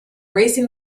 racing